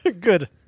Good